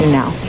now